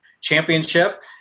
championship